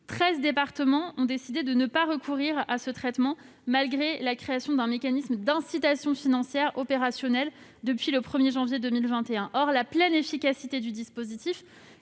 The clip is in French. départements ont décidé de ne pas recourir à ce traitement malgré la création d'un mécanisme d'incitation financière opérationnel depuis le 1 janvier 2021. Or la pleine efficacité du dispositif